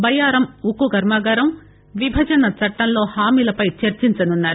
బయ్యారం ఉక్కు కర్మాగారం విభజన చట్టంలో హామీలపై చర్చించనున్నారు